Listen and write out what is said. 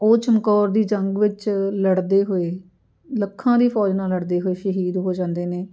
ਉਹ ਚਮਕੌਰ ਦੀ ਜੰਗ ਵਿੱਚ ਲੜਦੇ ਹੋਏ ਲੱਖਾਂ ਦੀ ਫੌਜ ਨਾਲ ਲੜਦੇ ਹੋਏ ਸ਼ਹੀਦ ਹੋ ਜਾਂਦੇ ਨੇ